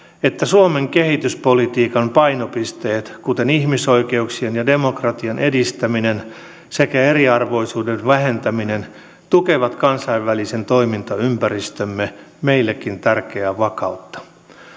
että suomen kehityspolitiikan painopisteet kuten ihmisoikeuksien ja demokratian edistäminen sekä eriarvoisuuden vähentäminen tukevat kansainvälisen toimintaympäristömme meillekin tärkeää vakautta